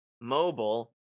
mobile